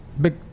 Big